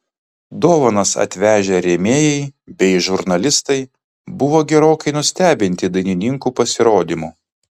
dovanas atvežę rėmėjai bei žurnalistai buvo gerokai nustebinti dainininkų pasirodymu